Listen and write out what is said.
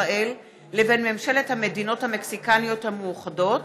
ישראל לבין ממשלת המדינות המקסיקניות המאוחדות.